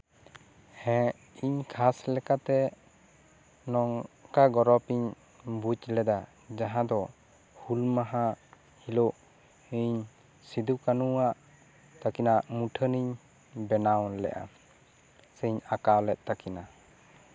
ᱦᱮᱸ ᱤᱧ ᱠᱷᱟᱥ ᱞᱮᱠᱟᱛᱮ ᱱᱚᱝᱠᱟ ᱜᱚᱨᱚᱯᱤᱧ ᱵᱩᱡ ᱞᱮᱫᱟ ᱡᱟᱦᱟᱸ ᱫᱚ ᱦᱩᱞ ᱢᱟᱦᱟ ᱦᱤᱞᱳᱜ ᱤᱧ ᱥᱤᱫᱩ ᱠᱟᱱᱩᱣᱟᱜ ᱛᱟᱹᱠᱤᱱᱟᱜ ᱢᱩᱴᱷᱟᱹᱱᱤᱧ ᱵᱮᱱᱟᱣ ᱞᱮᱫᱼᱟ ᱥᱮᱧ ᱟᱸᱠᱟᱣ ᱞᱮᱫ ᱛᱟᱹᱠᱤᱱᱟ